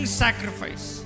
sacrifice